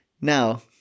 Now